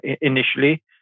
initially